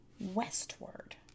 westward